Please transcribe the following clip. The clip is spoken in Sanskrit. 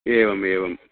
एवमेवम्